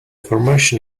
formation